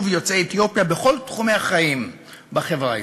יוצאי אתיופיה בכל תחומי החיים בחברה הישראלית.